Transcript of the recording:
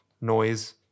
noise